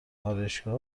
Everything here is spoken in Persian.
آرایشگاه